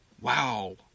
Wow